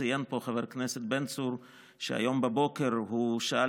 ציין פה חבר הכנסת בן צור שהיום בבוקר הוא שאל